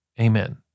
Amen